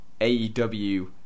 AEW